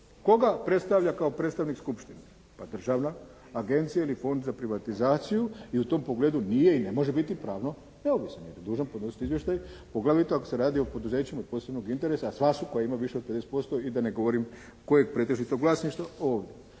koga predstavlja kao predstavnik skupštine? Pa državna agencija ili Fond za privatizaciju i u tom pogledu nije i ne može biti pravno neovisan jer je dužan podnositi izvještaj poglavito ako se radi o poduzećima od posebnog interesa, a sva su koja imaju više od 50% i da ne govorim kojeg pretežitog vlasništva ovdje.